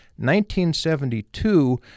1972